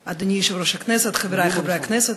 היושב-ראש, חברי חברי הכנסת,